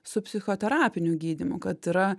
su psichoterapiniu gydymu kad yra